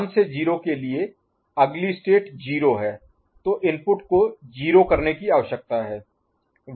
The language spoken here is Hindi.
1 से 0 के लिए अगली स्टेट 0 है तो इनपुट को 0 करने की आवश्यकता है